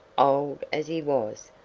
old as he was,